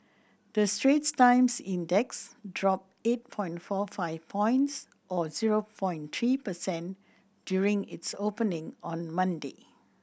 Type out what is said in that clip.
the Straits Times Index dropped eight point four five points or zero point three percent during its opening on Monday